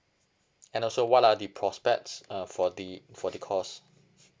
and also what are the prospects uh for the for the course